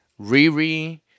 Riri